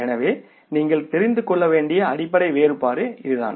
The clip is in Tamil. எனவே நீங்கள் தெரிந்து கொள்ள வேண்டிய அடிப்படை வேறுபாடு இதுதான்